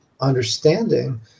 understanding